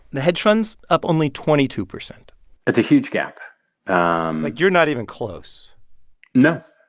the hedge funds up only twenty two percent it's a huge gap um like, you're not even close no.